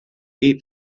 eat